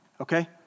okay